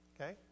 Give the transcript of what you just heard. Okay